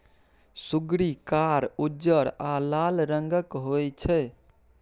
सुग्गरि कार, उज्जर आ लाल रंगक होइ छै